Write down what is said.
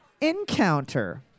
encounter